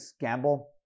gamble